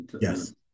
Yes